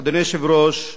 אדוני היושב-ראש,